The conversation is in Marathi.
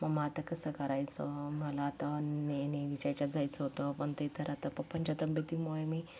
मम्मा आता कसं करायचं मला आता ने नेव्हीच्या याच्यात जायचं होतं पण ते तर आता पप्पांच्या तब्येतीमुळे मी पुढे